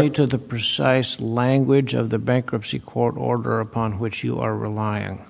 point to the precise language of the bankruptcy court order upon which you are rely on